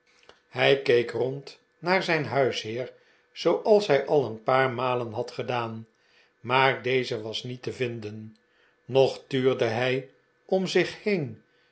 hij keek rond naar zijn huisheer zooals hij al een paar malen had gedaan maar deze was niet te vinden nog tuurde hij om zich heen